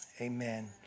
amen